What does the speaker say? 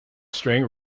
string